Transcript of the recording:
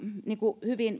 niin kuin hyvin